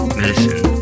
medicine